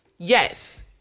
Yes